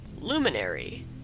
Luminary